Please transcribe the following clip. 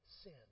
Sin